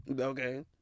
okay